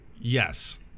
Yes